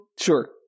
Sure